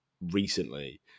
recently